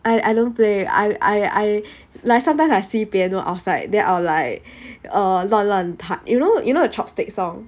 I I don't play I I I like sometimes I see piano outside then I will like err 乱乱弹 you know you know chopstick song